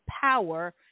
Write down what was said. power